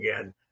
again